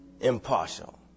Impartial